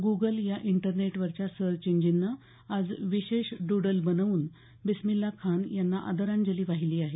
Google या इंटरनेटवरच्या search इंजिननं आज विशेष डूडल बनवून बिस्मिल्ला खान यांना आदरांजली वाहिली आहे